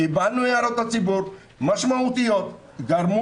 קיבלנו הערות משמעותיות מהציבור שגרמו